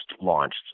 launched